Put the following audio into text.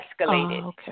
escalated